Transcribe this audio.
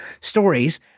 stories